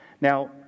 Now